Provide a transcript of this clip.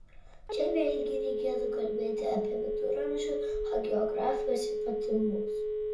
čia vėlgi reikėtų kalbėti apie viduramžių hagiografijos ypatumus